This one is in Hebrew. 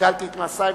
כלכלתי את מעשי?